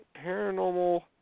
Paranormal